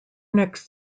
next